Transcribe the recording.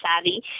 Savvy